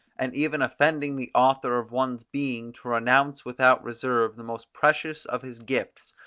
and even offending the author of one's being, to renounce without reserve the most precious of his gifts,